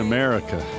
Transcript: America